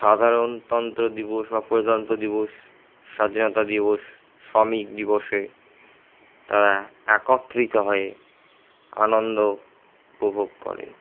সাধারণতন্ত্র দিবস বা প্রজাতন্ত্র দিবস স্বাধীনতা দিবস শ্রমিক দিবসে তারা একত্রিত হয় আনন্দ উপভোগ করে